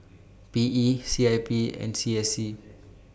P E C I P and C S C